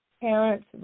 parents